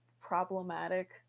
problematic